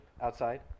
outside